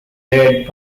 led